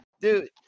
Dude